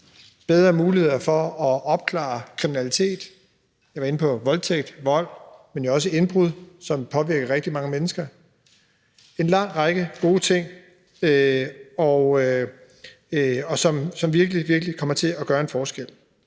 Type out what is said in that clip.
bedre muligheder for at opklare kriminalitet – jeg var inde på voldtægt, vold, men jo også indbrud, som påvirker rigtig mange mennesker – en lang række gode ting, som virkelig kommer til at gøre en forskel.